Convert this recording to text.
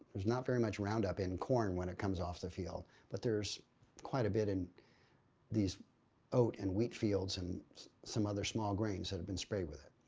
there's not very much roundup in corn when it comes off the field but there's quite a bit in these oat and wheat fields and some other small grains that have been sprayed with it.